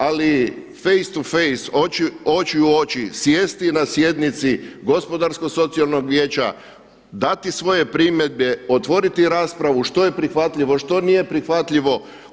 Ali face to face, oči u oči sjesti na sjednici Gospodarsko-socijalnog vijeća, dati svoje primjedbe, otvoriti raspravu što je prihvatljivo, što nije prihvatljivo.